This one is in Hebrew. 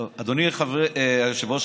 אדוני היושב-ראש,